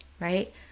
right